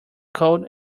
code